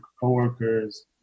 coworkers